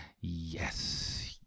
Yes